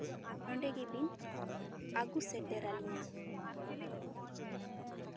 ᱚᱸᱰᱮ ᱜᱮᱵᱤᱱ ᱟᱜᱩ ᱥᱮᱴᱮᱨ ᱟᱞᱤᱧᱟᱹ